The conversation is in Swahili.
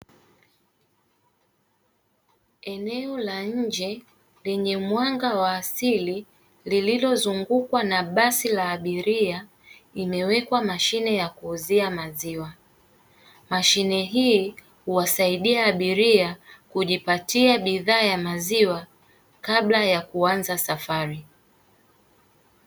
Eneo la nje lenye mwanga wa asili lililozungukwa na basi la abiria imewekwa mashine ya kuuzia maziwa. Mashine hii huwasaidia abiria kujipatia bidhaa ya maziwa kabla ya kuanza safari.